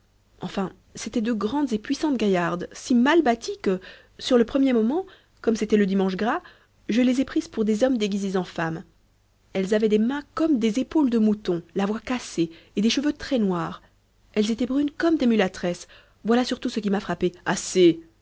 enfin c'étaient deux grandes et puissantes gaillardes si mal bâties que sur le premier moment comme c'était le dimanche gras je les ai prises pour des hommes déguisés en femmes elles avaient des mains comme des épaules de mouton la voix cassée et des cheveux très noirs elles étaient brunes comme des mulâtresses voilà surtout ce qui m'a frappé assez